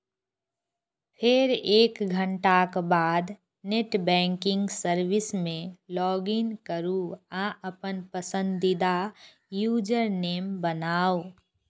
फेर एक घंटाक बाद नेट बैंकिंग सर्विस मे लॉगइन करू आ अपन पसंदीदा यूजरनेम बनाउ